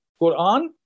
Quran